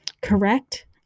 Correct